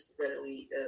readily